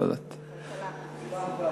שבת זה לא דת.